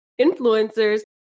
influencers